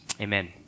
amen